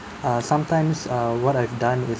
uh sometimes uh what I've done is